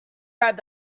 right